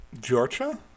Georgia